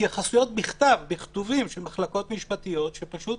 התייחסויות בכתובים של מחלקות משפטיות, שפשוט